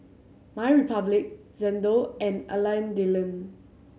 My Republic Xndo and Alain Delon